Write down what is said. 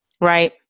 Right